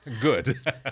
Good